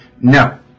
No